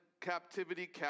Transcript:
captivity